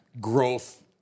growth